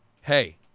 hey